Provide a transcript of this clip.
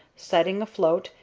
setting afloat,